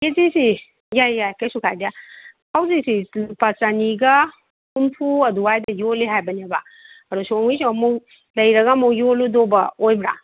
ꯀꯦꯖꯤꯁꯤ ꯌꯥꯏ ꯌꯥꯏ ꯀꯔꯤꯁꯨ ꯀꯥꯏꯗꯦ ꯍꯧꯖꯤꯛꯁꯤ ꯂꯨꯄꯥ ꯆꯅꯤꯒ ꯍꯨꯝꯐꯨ ꯑꯗꯨꯋꯥꯏꯗ ꯌꯣꯜꯂꯤ ꯍꯥꯏꯕꯅꯦꯕ ꯑꯗꯣ ꯁꯣꯝꯒꯤꯁꯨ ꯑꯃꯨꯛ ꯂꯩꯔꯒ ꯑꯃꯨꯛ ꯌꯣꯜꯂꯨꯗꯧꯕ ꯑꯣꯏꯕ꯭ꯔꯥ